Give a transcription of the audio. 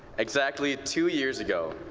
exactly two years ago,